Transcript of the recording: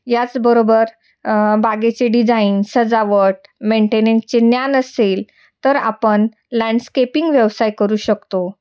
याचबरोबर बागेचे डिझाईन सजावट मेंटेनन्सचे ज्ञान असेल तर आपण लँडस्केपिंग व्यवसाय करू शकतो